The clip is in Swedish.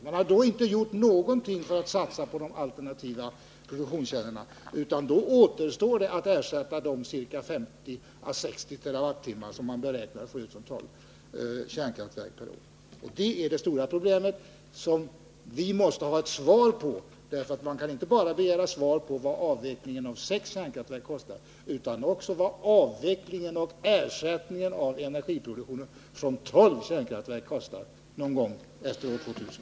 Man vill inte göra någonting för att satsa på alternativa energikällor, utan då återstår att ersätta de 50 å 60 TWh som man beräknar att tolv kärnkraftverk årligen skall ge. Det är det stora problemet. Vi måste ha ett svar på hur det skall gå till. Man kan inte begränsa svaret till vad avvecklingen av sex kärnkraftverk kostar, utan man måste också svara på vad avvecklingen av tolv kärnkraftverk kommer att kosta någon gång efter år 2000.